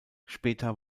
später